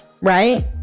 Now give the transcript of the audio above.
right